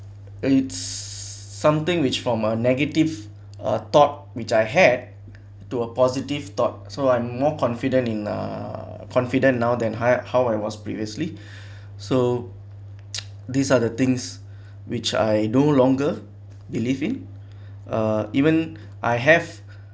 it's something which from a negative uh thought which I had to a positive thoughts so I'm more confident in uh confident now than higher how I was previously so these are the things which I no longer believe in uh even I have